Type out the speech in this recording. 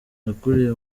nakuriye